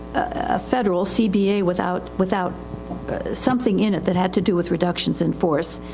a federal cba without, without something in it that had to do with reductions in force.